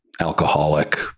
alcoholic